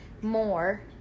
more